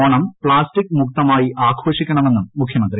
Onam plastic മുക്തമായി ആഘോഷിക്കണമെന്നും മുഖ്യമന്ത്രി